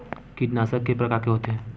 कीटनाशक के प्रकार के होथे?